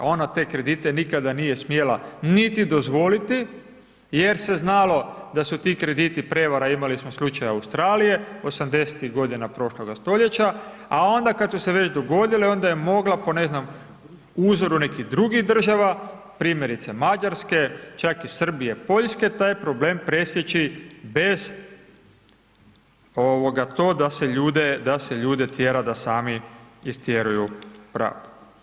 Ona te kredite nikada nije smjela niti dozvoliti, jer se znalo da su ti krediti prevara, imali smo slučaj Australije, '80.g. prošloga stoljeća, a onda kada su se već dogodile, onda je mogla, po ne znam, uzoru nekih drugih država, primjerice Mađarske, čak i Srbije, Poljske, taj problem presjeći bez to da se ljude tjera da sami istjeruju pravdu.